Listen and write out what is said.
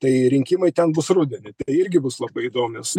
tai rinkimai ten bus rudenį tai irgi bus labai įdomios